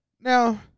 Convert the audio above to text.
Now